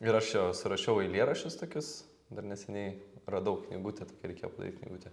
ir aš jo suašiau eilėraščius tokius dar neseniai radau knygutę tokią reikėjo padaryt knygutę